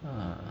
uh